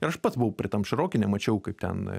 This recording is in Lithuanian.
ir aš pats buvau prie tam širokine mačiau kaip ten